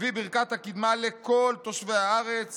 מביא ברכת הקדמה לכל תושבי הארץ